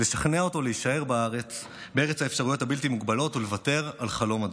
לשכנע אותו להישאר בארץ האפשרויות הבלתי-מוגבלות ולוותר על חלום הדורות.